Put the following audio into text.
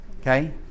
Okay